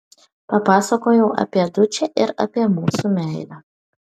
papasakojau apie dučę ir apie mūsų meilę